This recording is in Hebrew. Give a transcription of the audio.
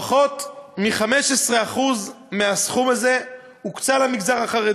פחות מ-15% מהסכום הזה הוקצה למגזר החרדי.